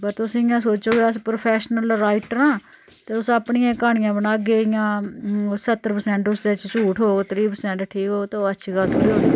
बा तुस इयां सोचो कि अस प्रोफैशनल राइटर आं ते तुस अपनियां क्हानियां बनागे इ'यां स्हत्तर प्रसैंट उस च झूठ होग त्रीह् प्रसैंट ठीक होग तां ओह् अच्छी गल्ल थोह्ड़ी होनी